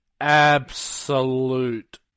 absolute